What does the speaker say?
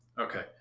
Okay